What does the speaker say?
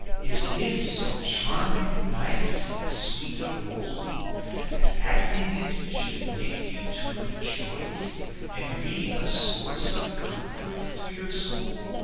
is his so charming, nice, and sweet a role that acting it should make you to rejoice and be a source of comfort to your soul?